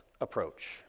approach